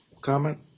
comment